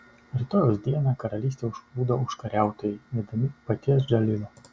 rytojaus dieną karalystę užplūdo užkariautojai vedami paties džalilo